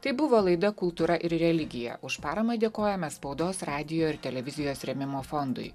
tai buvo laida kultūra ir religija už paramą dėkojame spaudos radijo ir televizijos rėmimo fondui